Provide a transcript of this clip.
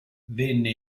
venne